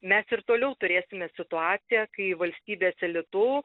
mes ir toliau turėsime situaciją kai valstybės elitu